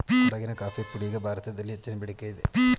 ಕೊಡಗಿನ ಕಾಫಿ ಪುಡಿಗೆ ಭಾರತದಲ್ಲಿದೆ ಹೆಚ್ಚಿನ ಬೇಡಿಕೆಯಿದೆ